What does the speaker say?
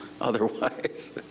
otherwise